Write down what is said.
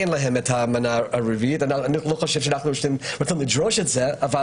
אין להם את המנה הרביעית ואני לא חושב שאנחנו יכולים לדרוש את זה אבל